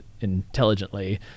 intelligently